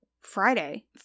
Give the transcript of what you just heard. Friday